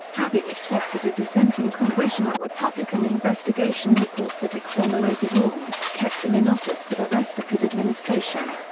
having accepted a dissenting congressional republican investigation report that exonerated raum, kept him in office for the rest of his administration.